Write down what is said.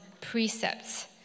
precepts